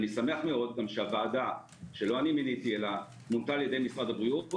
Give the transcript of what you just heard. אני שמח מאוד שהוועדה שלא אני מיניתי אלא מונתה על-ידי משרד הבריאות,